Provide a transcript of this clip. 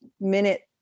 minute